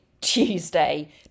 Tuesday